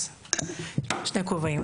אז, שני כובעים.